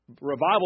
Revival